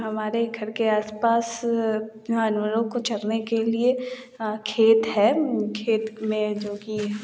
हमारे घर के आस पास जानवरों को चरने के लिए खेत है खेत में जो की